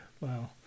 Wow